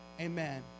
amen